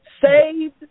Saved